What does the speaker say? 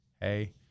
hey